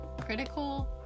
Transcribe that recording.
critical